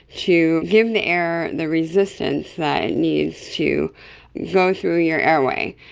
to give the air the resistance that it needs to go through your airway,